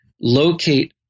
locate